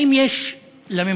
האם יש לממשלה,